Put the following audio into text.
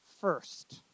first